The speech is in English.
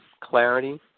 clarity